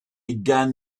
gun